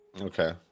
okay